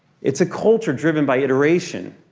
it's a culture driven by iteration.